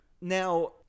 Now